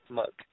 mug